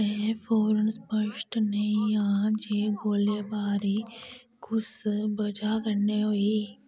एह् फौरन स्पश्ट नेईं हा जे गोलीबारी कुस बजह कन्नै होई